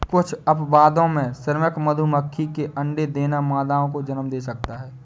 कुछ अपवादों में, श्रमिक मधुमक्खी के अंडे देना मादाओं को जन्म दे सकता है